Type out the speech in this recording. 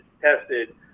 tested